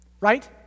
right